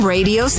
Radio